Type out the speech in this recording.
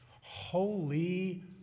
Holy